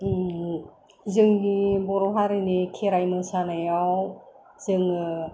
जोंनि बर' हारिनि खेराइ मोसानायाव जोङो